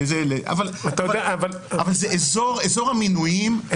אבל זה אזור המינויים.